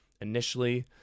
initially